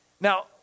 Now